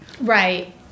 Right